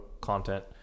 content